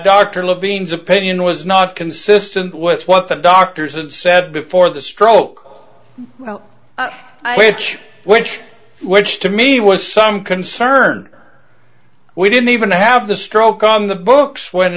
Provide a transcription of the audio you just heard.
levine's opinion was not consistent with what the doctors and said before the stroke which which which to me was some concern or we didn't even have the stroke on the books when